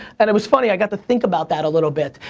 and it was funny, i got to think about that a little bit.